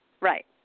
Right